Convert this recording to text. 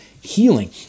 healing